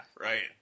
right